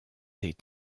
est